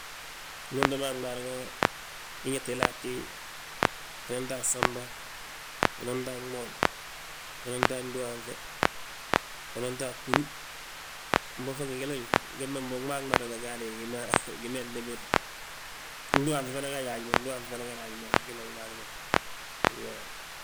Ndu untoo mo a gmaan goo ge, inyalti yale a ghiiyi, inanto a gsamba, inanto a gmoon, inanto a gdúhaanŧe, inanto a gbúlu. Mbo fe ngi gilayi, gembe mbo gmaag bâmadana gaadi gima intebir, gdúhaanŧe we fana gaaji ma, gdúhaanŧe fana gada haji ma a gina gmaan ma iyoo.